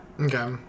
Okay